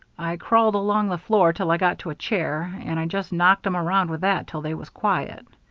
i crawled along the floor till i got to a chair, and i just knocked em around with that till they was quiet.